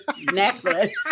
necklace